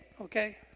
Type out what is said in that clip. okay